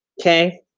okay